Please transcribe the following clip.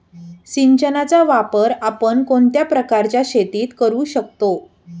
सिंचनाचा वापर आपण कोणत्या प्रकारच्या शेतीत करू शकतो?